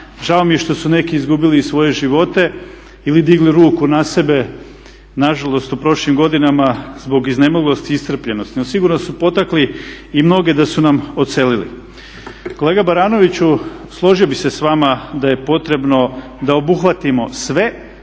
Žao mi je što su neki izgubili i svoje živote ili digli ruku na sebe na žalost u prošlim godinama zbog iznemoglosti i iscrpljenosti. No sigurno su potakli i mnoge da su nam odselili. Kolega Baranoviću, složio bih se s vama da je potrebno da obuhvatimo sve,